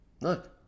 look